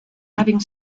having